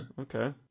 okay